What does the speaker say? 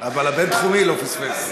אבל הבין-תחומי לא פספס.